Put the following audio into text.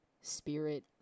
spirit